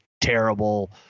terrible